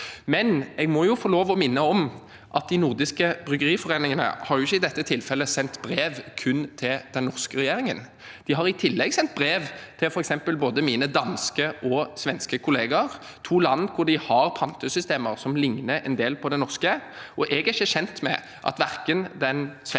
imidlertid få lov å minne om at de nordiske bryggeriforeningene i dette tilfellet ikke har sendt brev kun til den norske regjeringen. De har i tillegg sendt brev til f.eks. både mine danske og mine svenske kollegaer, to land hvor de har pantesystemer som ligner en del på det norske. Jeg er ikke kjent med at verken den svenske